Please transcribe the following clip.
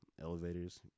Elevators